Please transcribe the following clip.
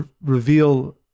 reveal